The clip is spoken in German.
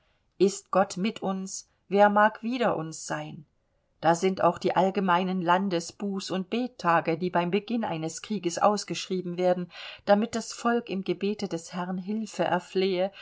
ist gott mit uns wer mag wider uns sein da sind auch die allgemeinen landes buß und bettage die beim beginn eines krieges ausgeschrieben werden damit das volk im gebete des herrn hilfe erflehe